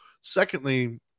secondly